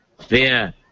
Fear